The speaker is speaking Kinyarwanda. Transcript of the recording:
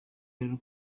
rero